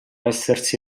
essersi